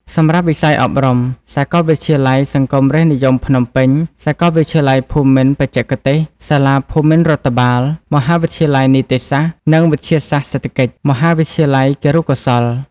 សម្រាប់វិស័យអប់រំ សាកលវិទ្យាល័យសង្គមរាស្ត្រនិយមភ្នំពេញ, សាកលវិទ្យាល័យភូមិន្ទបច្ចេកទេស, សាលាភូមិន្ទរដ្ឋបាល, មហាវិទ្យាល័យនីតិសាស្ត្រ និងវិទ្យាសាស្ត្រសេដ្ឋកិច្ច, មហាវិទ្យាល័យគរុកោសល្យ។